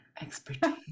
expertise